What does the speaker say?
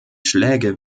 schläge